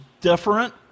different